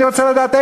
אני רוצה לדעת,